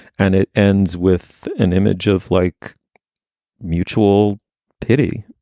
and it ends with an image of like mutual pity.